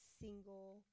single